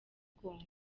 congo